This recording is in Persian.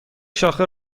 شاخه